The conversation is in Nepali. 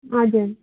हजुर